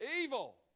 evil